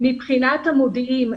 מבחינת המודיעים,